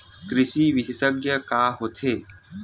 कृषि विशेषज्ञ का होथे?